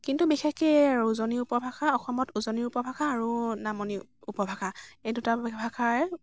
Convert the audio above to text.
কিন্তু বিশেষকে আৰু উজনিৰ উপভাষা অসমত উজনিৰ উপভাষা আৰু নামনি উপভাষা এই দুটা উপভাষাই